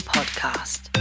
Podcast